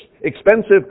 expensive